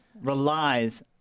relies